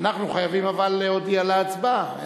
אבל אנחנו חייבים להודיע על ההצבעה.